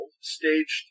staged